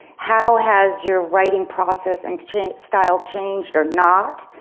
how has your writing process and style changed or not?